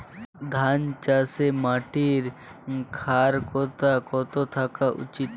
ধান চাষে মাটির ক্ষারকতা কত থাকা উচিৎ?